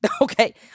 Okay